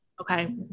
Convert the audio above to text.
Okay